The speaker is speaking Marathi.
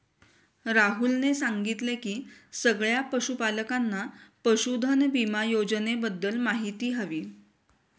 राहुलने सांगितले की सगळ्या पशूपालकांना पशुधन विमा योजनेबद्दल माहिती हवी